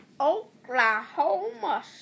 Oklahoma